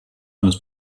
eines